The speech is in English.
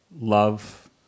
Love